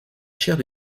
chaire